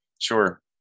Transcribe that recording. sure